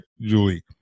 Julie